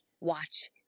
watch